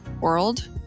world